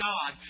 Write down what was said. God